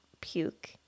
puke